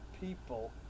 people